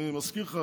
אני מזכיר לך,